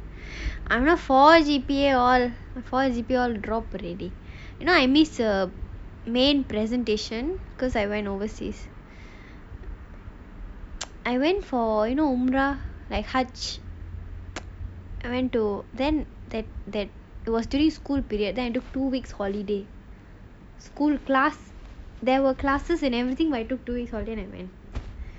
I'm not four G_P_A all four G_P_A drop already you know I miss a main presentation because I went overseas I went for you know I went to then it was during school period then I took two weeks holiday school class there were classes and everything but I took two weeks holiday then I went